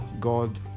God